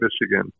Michigan